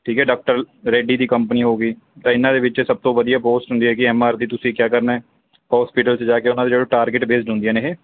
ਠੀਕ ਹੈ ਡਾਕਟਰ ਰੈਡੀ ਦੀ ਕੰਪਨੀ ਹੋ ਗਈ ਤਾਂ ਇਹਨਾਂ ਦੇ ਵਿੱਚ ਸਭ ਤੋਂ ਵਧੀਆ ਪੋਸਟ ਹੁੰਦੀ ਹੈਗੀ ਐਮ ਆਰ ਦੀ ਤੁਸੀਂ ਕਿਆ ਕਰਨਾ ਹੋਸਪਿਟਲ 'ਚ ਜਾ ਕੇ ਉਹਨਾਂ ਦਾ ਜਿਹੜਾ ਟਾਰਗੇਟ ਬੇਸਡ ਹੁੰਦੀਆਂ ਨੇ ਇਹ